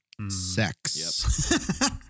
sex